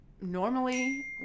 normally